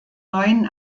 neuen